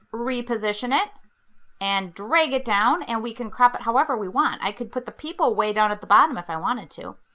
reposition it and drag it down and we can crop it however we want. i could put the people way down at the bottom if i wanted to.